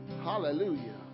hallelujah